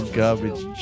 garbage